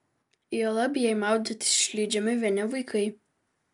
juolab jei maudytis išleidžiami vieni vaikai